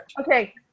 okay